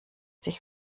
sich